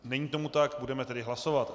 Není tomu tak, budeme tedy hlasovat.